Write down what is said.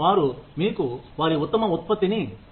వారు మీకు వారి ఉత్తమ ఉత్పత్తిని ఇస్తారు